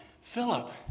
Philip